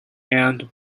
and